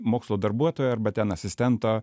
mokslo darbuotojo arba ten asistento